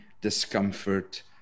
discomfort